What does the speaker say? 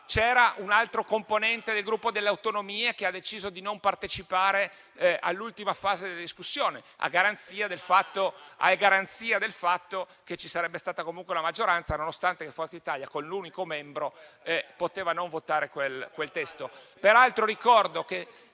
un altro componente del Gruppo per le Autonomie ha deciso di non partecipare all'ultima fase della discussione, a garanzia del fatto che ci sarebbe stata comunque una maggioranza, nonostante il fatto che Forza Italia con il suo unico componente poteva non votare quel testo.